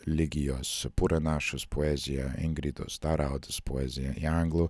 ligijos purinašos poeziją ingridos taraudės poeziją į anglų